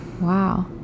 Wow